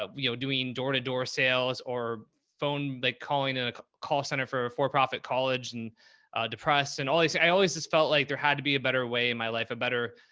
ah you know, doing door to door sales or phone, like calling a call center for for-profit, college and depressed and all this, i always just felt like there had to be a better way in my life, a better,